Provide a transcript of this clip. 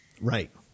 Right